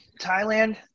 Thailand